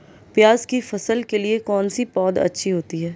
प्याज़ की फसल के लिए कौनसी पौद अच्छी होती है?